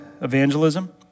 evangelism